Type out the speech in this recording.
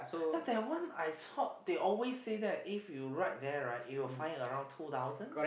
ya that one I thought they always say that if you ride there right you will fine around two thousand